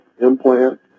implant